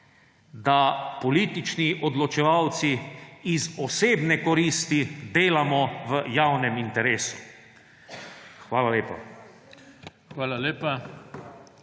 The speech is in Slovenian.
da politični odločevalci iz osebne koristi delamo v javnem interesu. Hvala lepa.